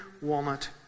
walnut